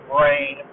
Brain